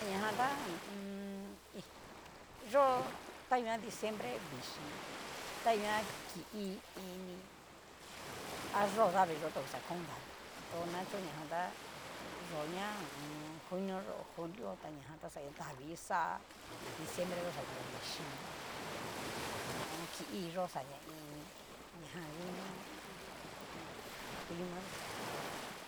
Ta ña jan ta hu u un. í yó, ta nguan diciembre vixhíi, ta nguan ki'i ini, a yó'o davii yó ta oxa kon davii, tonakacho najan tá yó'o ña hu u un. junio yó julio ta ñajan ta xa davii ixá, diciembre yó xa ña vichí ho o on. ki'i yó xaña ini ñajan u'ña hu u un. clina yó.